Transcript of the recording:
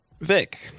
Vic